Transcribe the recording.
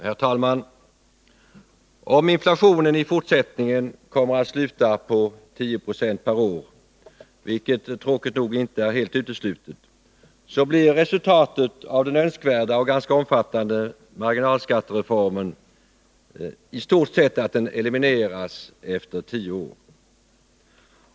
Herr talman! Om inflationen i fortsättningen kommer att sluta på 10 96 per år, vilket tråkigt nog inte är helt uteslutet, blir resultatet av den önskvärda och ganska omfattande marginalskattereformen i stort sett eliminerat efter tio år.